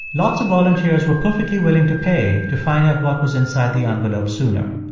lots of volunteers were perfectly willing to pay to find out what was inside the envelope sooner.